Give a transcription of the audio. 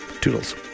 Toodles